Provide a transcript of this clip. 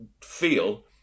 feel